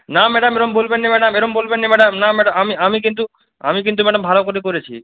না ম্যাডাম এরকম বলবেন না ম্যাডাম এরম বলবেন না ম্যাডাম না ম্যাডাম আমি আমি কিন্তু আমি কিন্তু ম্যাডাম ভালো করে করেছি